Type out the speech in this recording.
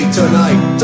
tonight